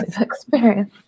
experience